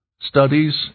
studies